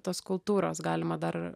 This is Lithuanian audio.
tos kultūros galima dar